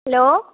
hello